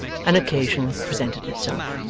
an occasion presented itself.